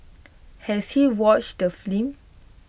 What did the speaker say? has he watched the